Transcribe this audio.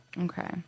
Okay